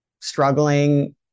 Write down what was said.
struggling